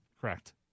Correct